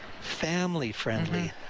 family-friendly